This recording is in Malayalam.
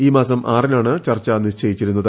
ഈ മാസം ആറിനാണ് ചർച്ച നിശ്ചയിച്ചിരുന്നത്